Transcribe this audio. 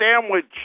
Sandwich